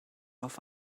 auf